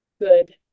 good